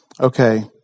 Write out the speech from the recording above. Okay